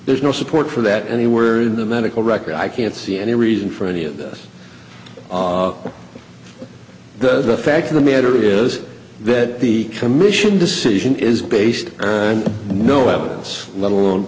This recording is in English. there's no support for that anywhere in the medical record i can't see any reason for any of this does the fact of the matter is that the commission decision is based on no evidence let alone